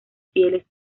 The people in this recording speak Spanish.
fieles